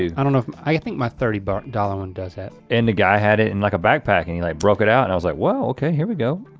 i don't know, i think my thirty but dollars one does have. and the guy had it in like a backpack and he like broke it out and i was like well, okay here we go.